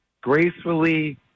gracefully